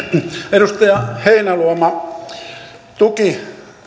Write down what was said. edustaja heinäluoma tuki